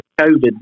COVID